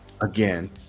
Again